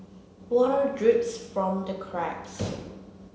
water drips from the cracks